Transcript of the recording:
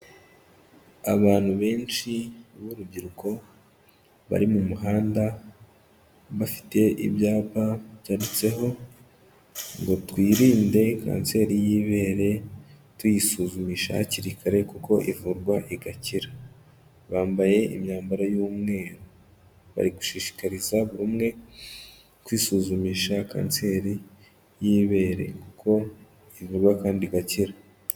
Abantu benshi b'urubyiruko, bari mu muhanda bafite ibyapa byatseho ngo: Twirinde kanseri y'ibere tuyisuzumisha hakiri kare kuko ivurwa igakira, bambaye imyambaro y'umweru, bari gushishikariza buri umwe kwisuzumisha kanseri y'ibere kuko ivurwa kandi igakira.